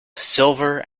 silver